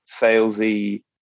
salesy